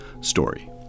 story